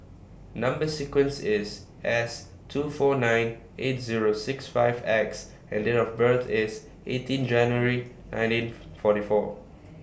Number sequence IS S two four nine eight Zero six five X and Date of birth IS eighteen January nineteen forty four